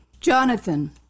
Jonathan